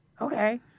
Okay